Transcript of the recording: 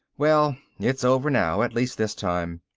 well, it's over now. at least this time.